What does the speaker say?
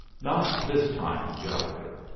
not this time, gallegher.